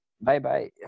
bye-bye